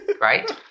right